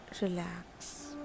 relax